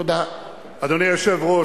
אדוני היושב-ראש,